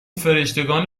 فرشتگان